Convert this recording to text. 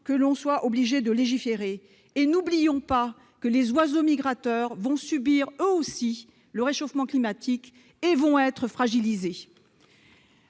que l'on soit obligé de légiférer. N'oublions pas que les oiseaux migrateurs vont subir eux aussi le réchauffement climatique et vont être fragilisés.